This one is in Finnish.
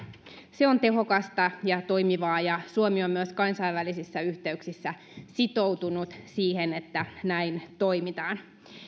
se on tehokasta ja toimivaa ja suomi on myös kansainvälisissä yhteyksissä sitoutunut siihen että näin toimitaan